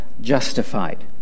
justified